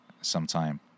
sometime